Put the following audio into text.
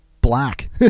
black